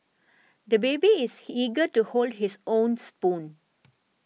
the baby is eager to hold his own spoon